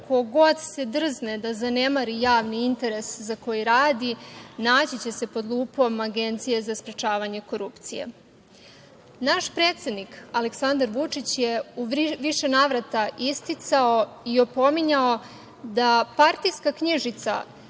ko god se drzne da zanemari javni interes za koji radi naći će se pod lupom Agencije za sprečavanje korupcije. Naš predsednik Aleksandar Vučić je u više navrata isticao i opominjao da partijska knjižica